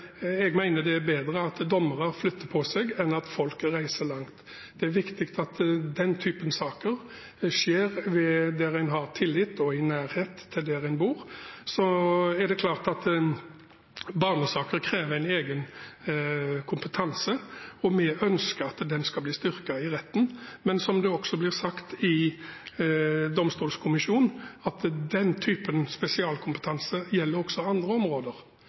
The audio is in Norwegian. Jeg mener det er bedre at dommere flytter på seg, enn at folk reiser langt. Det er viktig at den typen saker skjer der en har tillit, og i nærhet til der en bor. Så er det klart at barnesaker krever en egen kompetanse, og vi ønsker at den skal bli styrket i retten. Men som det også ble sagt av domstolkommisjonen, gjelder den typen spesialkompetanse også andre områder.